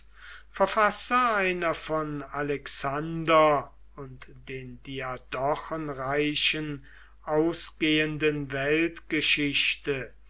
verfasser einer von alexander und den diadochenreichen ausgehenden